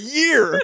year